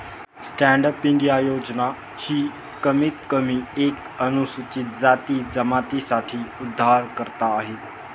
stand up India योजना ही कमीत कमी एक अनुसूचित जाती जमाती साठी उधारकर्ता आहे